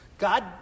God